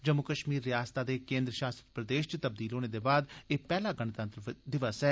जम्मू कश्मीर रयासतै दे केन्द्र षासत प्रदे श च तबदील होने दे बाद एह पैहला गणतंत्र दिवस ऐ